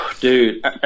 Dude